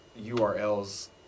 URLs